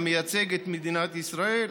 המייצג את מדינת ישראל,